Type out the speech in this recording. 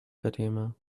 fatima